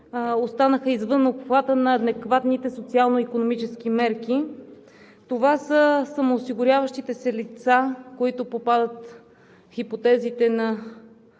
останаха извън обхвата на адекватните социално-икономически мерки. Това са самоосигуряващите се лица, които попадат в хипотезите на